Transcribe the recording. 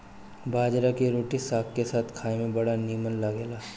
बजरा के रोटी साग के साथे खाए में बड़ा निमन लागेला